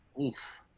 oof